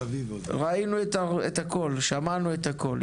ראינו את הכל, שמענו את הכל.